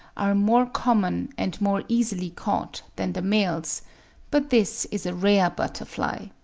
are more common and more easily caught than the males but this is a rare butterfly.